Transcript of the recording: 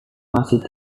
masih